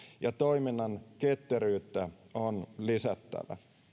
ja toiminnan ketteryyttä on lisättävä